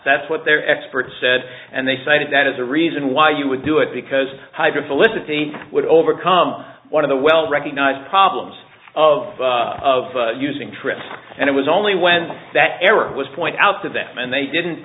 that's what their experts said and they cited that as a reason why you would do it because hydra felicity would overcome one of the well recognized problems of using trips and it was only when that error was point out to them and they didn't